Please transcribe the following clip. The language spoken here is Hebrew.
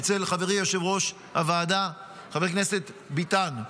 אצל חברי יושב-ראש הוועדה חבר הכנסת ביטן.